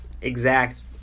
exact